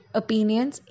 opinions